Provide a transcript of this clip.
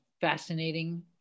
fascinating